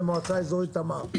מה קורה עם מועצה אזורית תמר?